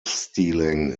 stealing